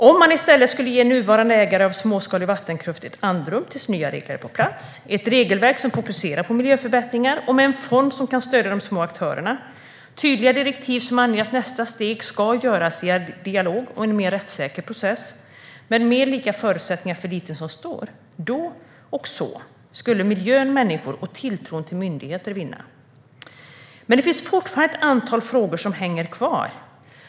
Om man i stället skulle ge nuvarande ägare av småskalig vattenkraft andrum tills nya regler är på plats, ett regelverk som fokuserar på miljöförbättringar med en fond som kan stödja de små aktörerna, tydliga direktiv som anger att nästa steg ska göras i dialog och en mer rättssäker process med mer lika förutsättningar för liten som för stor - då och så skulle miljön, människor och tilltron till myndigheter vinna. Det finns fortfarande ett antal frågor som hänger kvar.